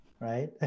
right